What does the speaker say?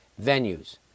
venues